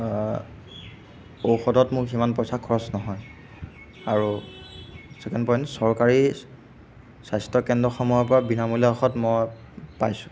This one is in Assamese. ঔষধত মোক সিমান পইচা খৰচ নহয় আৰু ছেকেণ্ড পইণ্ট চৰকাৰী স্বাস্থ্য কেন্দ্ৰসমূহৰপৰা বিনামূলীয়া ঔষধ মই পাইছোঁ